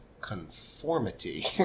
conformity